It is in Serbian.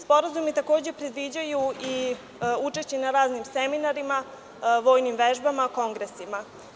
Sporazumi takođe predviđaju i učešće na raznim seminarima, vojnim vežbama, kongresima.